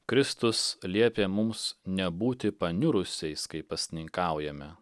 kristus liepė mums nebūti paniurusiais kai pasninkaujame